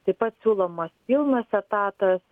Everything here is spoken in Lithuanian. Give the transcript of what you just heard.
taip pat siūlomas pilnas etatas